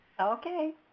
Okay